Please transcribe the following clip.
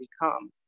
become